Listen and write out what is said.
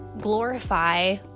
glorify